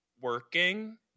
working